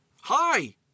Hi